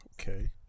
Okay